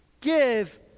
give